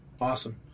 Awesome